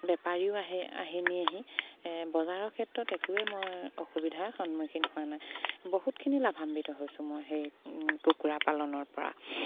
বেপাৰীও আহে আহি নিয়েহি বজাৰৰ ক্ষেত্ৰত একোৱে মই অসুবিধাৰ সন্মুখীন হোৱা নাই বহুতখিনি লাভান্বিত হৈছোঁ মই সেই কুকুৰা পালনৰ পৰা